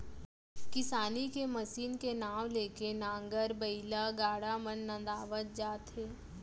किसानी के मसीन के नांव ले के नांगर, बइला, गाड़ा मन नंदावत जात हे